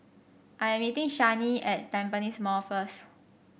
I am meeting Shani at Tampines Mall first